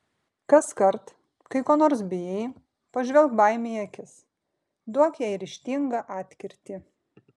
kaskart kai ko nors bijai pažvelk baimei į akis duok jai ryžtingą atkirtį